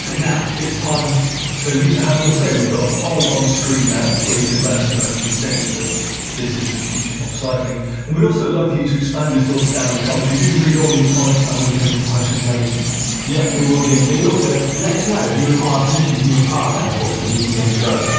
now it's time for you to have your say. we've got a poll on screen now where you can let us know if you think that this is the future of cycling and we'd also love for you to expand your thoughts down in the comments, we do read all of your comments and um we're gonna reply to as many as we can. yeah, we will do indeed. also, let us know if you require permission from your partner to watch the gcn show.